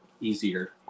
easier